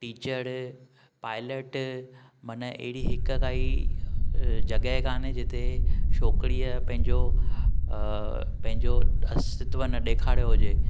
teacher pilot मन अहिड़ी हिक काई जॻहि काने जिथे छोकिड़िअ पंहिंजो पंहिंजो अस्तित्व ना ॾेखारियो हुजे